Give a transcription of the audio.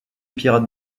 pirates